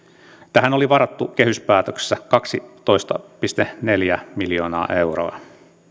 tähän oli varattu kehyspäätöksessä kaksitoista pilkku neljä miljoonaa euroa